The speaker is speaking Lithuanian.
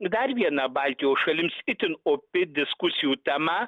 dar viena baltijos šalims itin opi diskusijų tema